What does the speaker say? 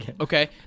Okay